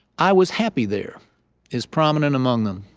i was happy there is prominent among them.